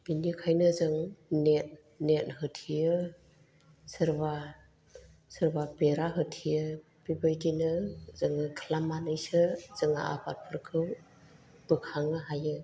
बिनिखायनो जों नेट होथेयो सोरबा सोरबा बेरा होथेयो बेबायदिनो जोङो खालामनानैसो जोङो आबादफोरखौ बोखांनो हायो